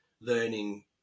learning